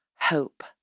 hope